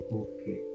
okay